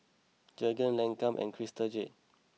Jergens Lancome and Crystal Jade